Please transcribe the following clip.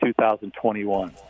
2021